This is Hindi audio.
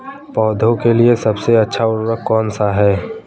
पौधों के लिए सबसे अच्छा उर्वरक कौन सा है?